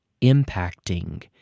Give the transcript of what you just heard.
impacting